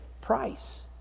price